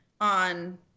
on